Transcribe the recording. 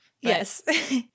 Yes